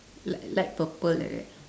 like light purple like that